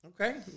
Okay